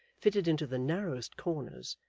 fitted into the narrowest corners,